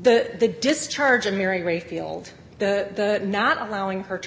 the discharge of mary rayfield the not allowing her to